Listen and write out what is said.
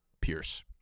Pierce